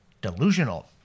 delusional